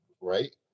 right